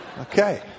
Okay